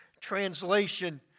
Translation